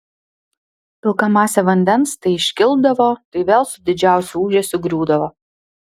pilka masė vandens tai iškildavo tai vėl su didžiausiu ūžesiu griūdavo